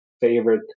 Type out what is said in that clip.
favorite